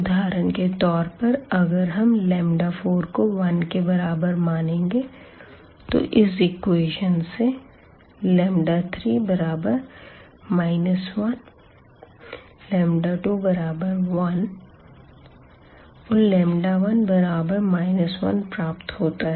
उदाहरण के तौर पर अगर हम 4 को 1 के बराबर मानेंगे तो इस एक्वेशन से 3 1211 1 प्राप्त होता है